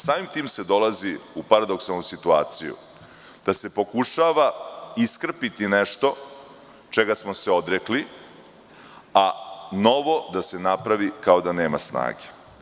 Samim tim se dolazi u paradoksalnu situaciju da se pokušava iskrpiti nešto čega smo se odrekli, a novo da se napravi kao da nema snage.